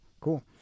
cool